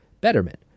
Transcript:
Betterment